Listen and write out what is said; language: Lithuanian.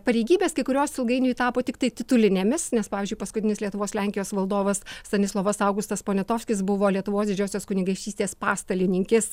pareigybės kai kurios ilgainiui tapo tiktai titulinėmis nes pavyzdžiui paskutinis lietuvos lenkijos valdovas stanislovas augustas poniatovskis buvo lietuvos didžiosios kunigaikštystės pastalininkis